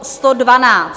112.